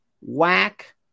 whack